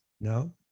No